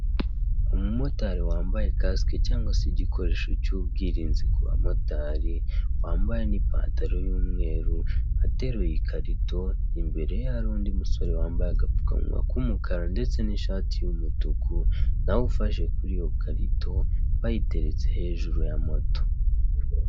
Umumotari wambaye kasike cyangwa se igikoresho cy'ubwirinzi ku bamotari, wambaye n'ipantaro y'umweru ateruye ikarito. Imbere ye hari undi musore wambaye agapfukamunwa k'umukara ndetse n'ishati y'umutuku nawe ufashe kuri iyo karito, bayiteretse hejuru ya moto.